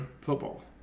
football